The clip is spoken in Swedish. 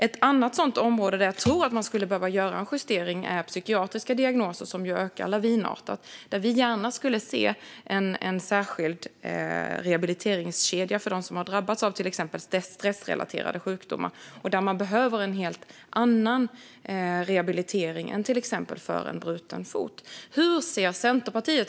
Ett annat område där jag tror att man skulle behöva göra en justering är psykiatriska diagnoser, som ökar lavinartat. Vi skulle gärna se en särskild rehabiliteringskedja för dem som har drabbats av till exempel stressrelaterade sjukdomar och behöver en helt annan rehabilitering än vad till exempel en bruten fot kräver.